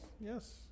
yes